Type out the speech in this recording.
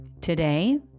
Today